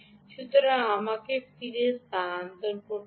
সুতরাং আমাকে ফিরে স্থানান্তর করতে দিন